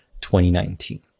2019